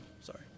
Sorry